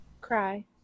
cry